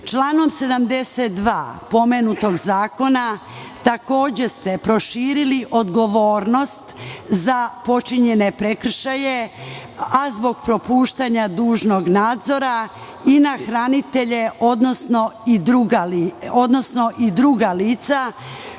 72. pomenutog zakona takođe ste proširili odgovornost za počinjene prekršaje, a zbog propuštanja dužnog nadzora i na hranitelje, odnosno i druga lica